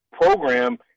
program